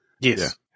Yes